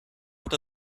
hat